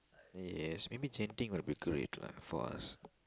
yes maybe Genting will be great lah for us